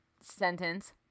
sentence